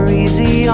easy